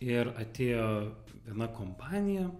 ir atėjo viena kompanija